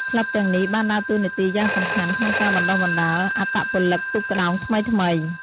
ក្លឹបទាំងនេះបានដើរតួនាទីយ៉ាងសំខាន់ក្នុងការបណ្ដុះបណ្ដាលអត្តពលិកទូកក្ដោងថ្មីៗ។